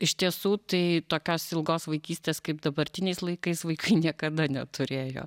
iš tiesų tai tokios ilgos vaikystės kaip dabartiniais laikais vaikai niekada neturėjo